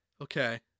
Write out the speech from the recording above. Okay